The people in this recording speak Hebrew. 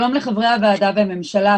שלום לחברי הוועדה והממשלה,